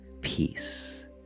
peace